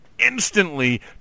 Instantly